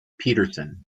peterson